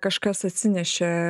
kažkas atsinešė